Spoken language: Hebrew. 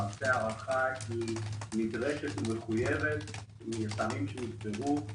ההארכה היא נדרשת ומחויבת מטעמים שהוסברו,